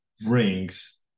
brings